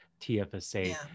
TFSA